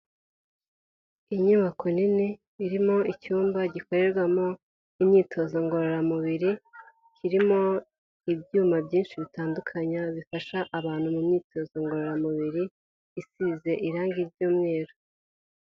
Inyubako nini irimo icyumba gikorerwamo imyitozo ngororamubiri, kirimo ibyuma byinshi bitandukanye bifasha abantu mu myitozo ngororamubiri isize irangi ry'umweru.